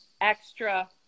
extra